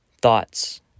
Thoughts